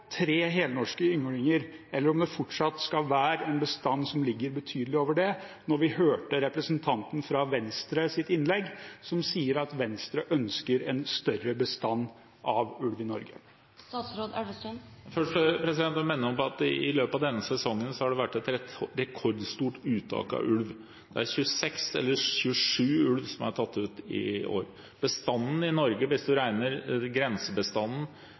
tre helnorske ynglinger, eller om det fortsatt skal være en bestand som ligger betydelig over det. Representanten fra Venstre sa i sitt innlegg at Venstre ønsker en større bestand av ulv i Norge. Jeg vil minne om at det i løpet av denne sesongen har vært et rekordstort uttak av ulv. 26 eller 27 ulv er tatt ut i år. Hvis man regner grensebestanden